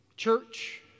Church